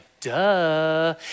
duh